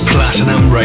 Platinum